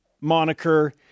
moniker